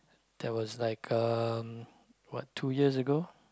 that was like um what two years ago